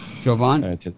Jovan